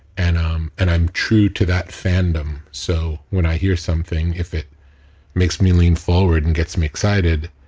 and um and i'm true to that fandom. so, when i hear something, if it makes me lean forward and gets me excited,